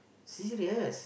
serious